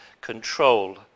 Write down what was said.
control